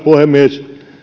puhemies